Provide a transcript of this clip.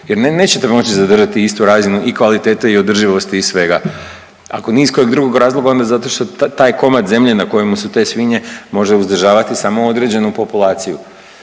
jer nećete moći zadržati istu razinu i kvalitete i održivosti i svega ako ni iz kog drugog razloga ona zato što taj komad zemlje na kojemu su te svinje može uzdržavati samo određenu populaciju.